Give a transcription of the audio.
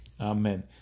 Amen